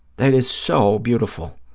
that is so beautiful.